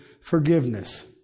forgiveness